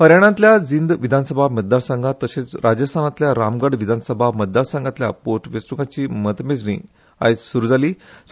हरयाणातल्या जिंद विधानसभा मतदारसंघात तशेच राजस्थानातल्या रामगड विधानसभा मतदारसंघातल्या पोटवेचणूकांची मतमेजणी आयज जाता